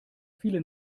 viele